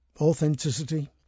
authenticity